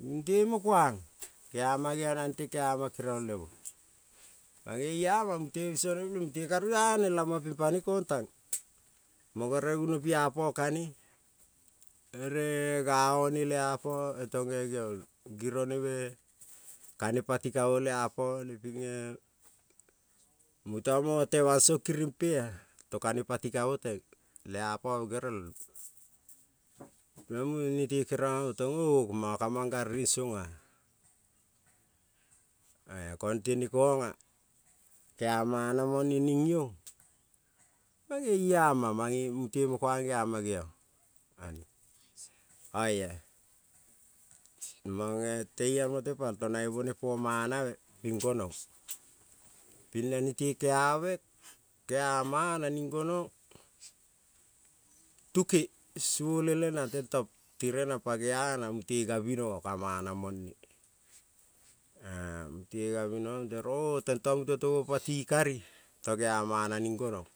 Mute mo kuang, geama geang nante keama kerong le-mo mang, i-ama mute biso ne peleng mute ka ruane lamong ping pane kong tang mo gere guno pi apo ka-ne, ere ga o-ne le apo tonge- geang giro ne me ka-ne pati kaong le apone ping-e, muta motema song kining-pe-a tong ka-ne pati ka-mo teng, le apo gerel peleng mue nete keriong amo tong ko manga ka mang gariring song-a, oia konte ke-a mana mone ning iong, mange i-ama mange mute mo kuang geama geong oia monge teial mo tepal ton nae bone manave bing gonong bing na nete kea mana ning gonong, tuke sole le nang tento tirenang pagea nang mute gavinoga ka mana mone mute gavinoga mute rong tenta mute tomo pa ti kari muta gea mana ning gonong,